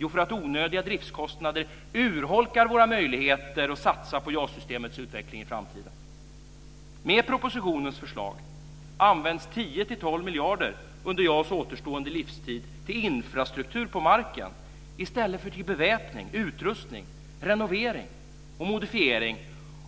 Jo, därför att onödiga driftskostnader urholkar våra möjligheter att satsa på JAS-systemets utveckling i framtiden. Med propositionens förslag används 10-12 miljarder under JAS återstående livstid till infrastruktur på marken i stället för till beväpning, utrustning, renovering och modifiering